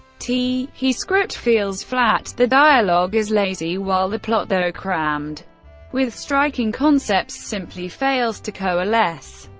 t he script feels flat. the dialogue is lazy, while the plot, though crammed with striking concepts, simply fails to coalesce.